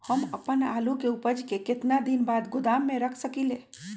हम अपन आलू के ऊपज के केतना दिन बाद गोदाम में रख सकींले?